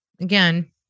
again